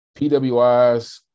PWIs